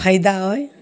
फायदा अइ